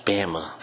Bama